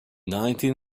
nineteen